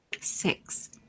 Six